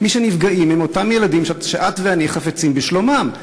מי שנפגעים הם אותם ילדים שאת ואני חפצים בשלומם,